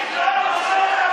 פושע.